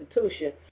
constitution